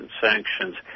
sanctions